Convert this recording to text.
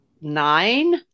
nine